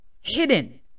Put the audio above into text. hidden